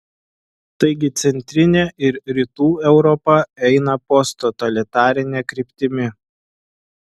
taigi centrinė ir rytų europa eina posttotalitarine kryptimi